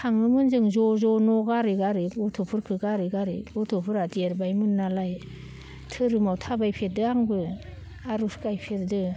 थाङोमोन जों ज' ज' न' गारै गारै गथ'फोरखौ गारै गारै गथ'फोरा देरबायमोन नालाय धोरोमाव थाबायफेरदों आंबो आरज खनफेरदों